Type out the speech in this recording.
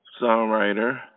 songwriter